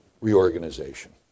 reorganization